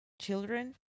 children